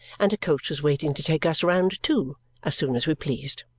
and a coach was waiting to take us round too as soon as we pleased.